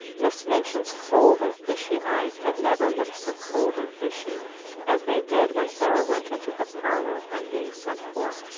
miss minchin's cold and fishy eyes had never looked so cold and fishy as they did when sara went into the parlor, on being sent for,